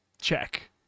Check